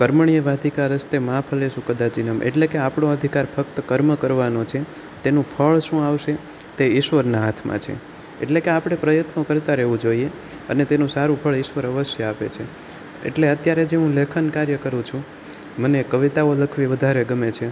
કર્મણીય વાધિકા રસ્તે મહાફલેસું કદાચિનમ એટલે કે આપળો અધિકાર ફક્ત કર્મ કરવાનો છે તેનું ફળ શું આવશે તે ઈશ્વરના હાથમાં છે એટલે કે આપણે પ્રયત્નો કરતાં રેવું જોઈએ અને તેનું સારું ફળ ઈશ્વર અવશ્ય આપે છે એટલે અત્યારે જે હું લેખન કાર્ય કરું છું મને કવિતાઓ લખવી વધારે ગમે છે